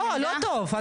טוב --- לא, לא טוב.